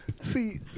See